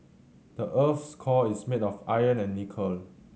the earth's core is made of iron and nickel